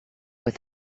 with